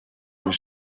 bir